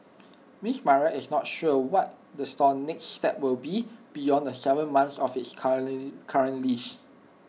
miss Maria is not sure what the store's next step will be beyond the Seven months of its current lease